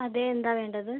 അതെ എന്താണ് വേണ്ടത്